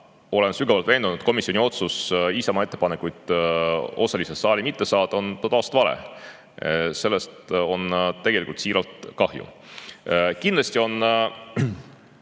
olen sügavalt veendunud, et komisjoni otsus Isamaa ettepanekuid osaliselt saali mitte saata on totaalselt vale. Sellest on siiralt kahju. Kindlasti on